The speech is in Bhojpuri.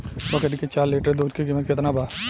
बकरी के चार लीटर दुध के किमत केतना बा?